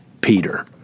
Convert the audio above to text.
Peter